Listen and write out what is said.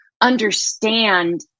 understand